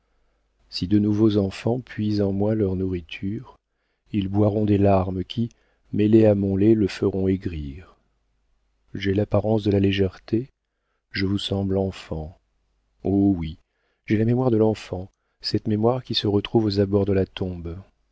si de nouveaux enfants puisent en moi leur nourriture ils boiront des larmes qui mêlées à mon lait le feront aigrir j'ai l'apparence de la légèreté je vous semble enfant oh oui j'ai la mémoire de l'enfant cette mémoire qui se retrouve aux abords de la tombe